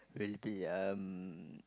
will be um